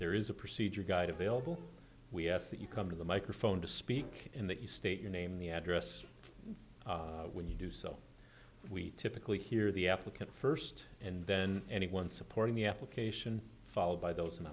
there is a procedure guide available we ask that you come to the microphone to speak in that you state your name the address when you do so we typically hear the applicant first and then anyone supporting the application followed by those